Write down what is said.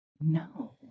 No